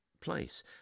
place